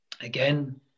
Again